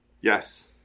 Yes